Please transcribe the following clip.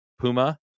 puma